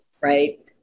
right